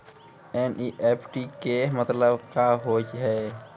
NEFT के मतलब का होव हेय?